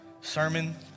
sermon